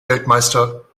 weltmeister